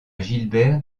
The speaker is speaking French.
gilbert